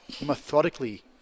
methodically